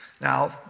Now